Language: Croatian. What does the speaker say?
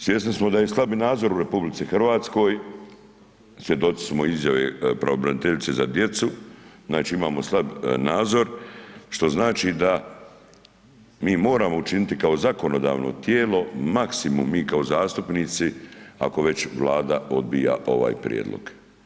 Svjesni smo da je i slabi nadzor u RH, svjedoci smo izjave pravobraniteljice za djecu, znači imamo slab nadzor, što znači, da mi moramo učiniti kao zakonodavno tijelo, maksimum mi kao zastupnici, ako već vlada odbija ovaj prijedlog.